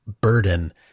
burden